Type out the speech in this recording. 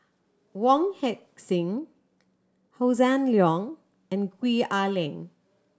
Wong Heck Sing Hossan Leong and Gwee Ah Leng